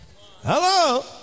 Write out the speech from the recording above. Hello